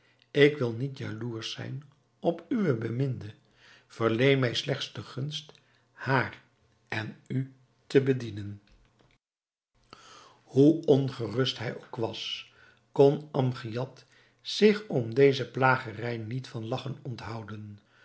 ik wil niet jaloersch zijn op uwe beminde verleen mij slechts de gunst haar en u te bedienen hoe ongerust hij ook was kon amgiad zich om deze plagerij niet van lagchen onthouden